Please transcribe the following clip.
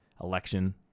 election